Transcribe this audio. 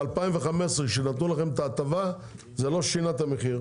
בשנת 2015 את ההטבה והמחיר לא השתנה?